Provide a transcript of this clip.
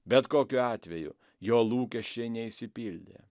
bet kokiu atveju jo lūkesčiai neišsipildė